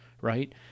Right